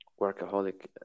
workaholic